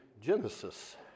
Genesis